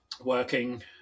working